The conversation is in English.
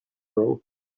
wrong